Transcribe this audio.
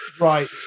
right